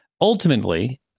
Ultimately